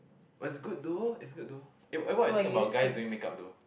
but it's good though it's good though eh what what you think about guys doing make-up though